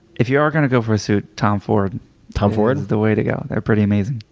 if you are going to go for a suit, tom ford tom ford? is the way to go. they're pretty amazing.